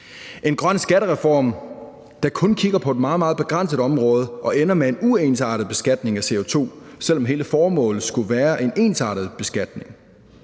en grøn skattereform, der kun kigger på et meget, meget begrænset område og ender med en uensartet beskatning af CO2, selv om hele formålet skulle være en ensartet beskatning.